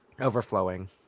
Overflowing